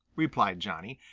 replied johnny.